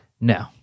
No